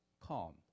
calm